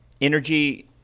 energy